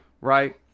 right